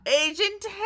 Agent